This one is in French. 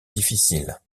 difficiles